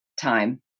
time